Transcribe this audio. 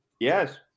Yes